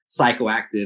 psychoactive